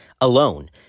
alone